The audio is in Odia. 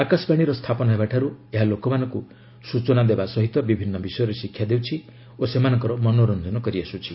ଆକାଶବାଣୀର ସ୍ଥାପନ ହେବାଠାରୁ ଏହା ଲୋକମାନଙ୍କୁ ସୂଚନା ଦେବା ସହିତ ବିଭିନ୍ନ ବିଷୟରେ ଶିକ୍ଷା ଦେଉଛି ଓ ସେମାନଙ୍କର ମନୋରଞ୍ଜନ କରି ଆସୁଛି